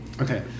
Okay